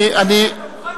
הוא מתרגל כבר.